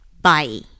Bye